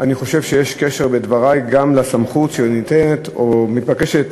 אני חושב שיש קשר בדברי גם לסמכות שניתנת או מתבקשת